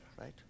right